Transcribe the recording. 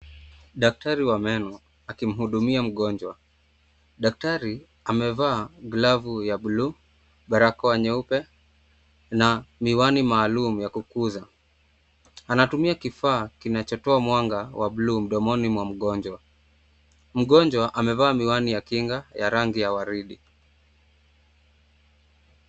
Daktari wa meno akimhudumia mgonjwa. Daktari amevaa glovu ya buluu, barakoa nyeupe na miwani maalum ya kukuza . Anatumia kifaa kinachotoa mwanga wa buluu mdomoni mwa mgonjwa. Mgonjwa amevaa miwani ya kinga ya rangi ya waridi.